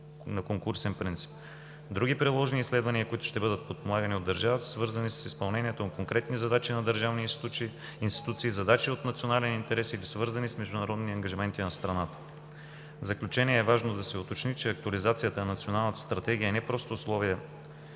на конкурсен принцип. Други приложни изследвания, които ще бъдат подпомагани от държавата, са свързани с изпълнението на конкретни задачи на държавни институции, задачи от национален интерес или свързани с международни ангажименти на страната. В заключение е важно да се уточни, че актуализацията на националната Стратегия е не просто условие